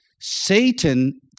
Satan